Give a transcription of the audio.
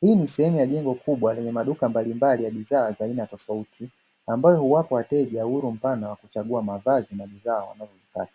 hii ni sehemu ya jengo kubwa lenye maduka mbalimbali ya bidhaa za aina tofauti, ambayo kuwapa wateja uhuru mpana wa kuchagua mavazi na bidhaa wanazozitaka.